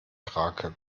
krake